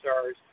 stars